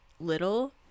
little